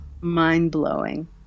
mind-blowing